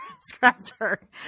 scratcher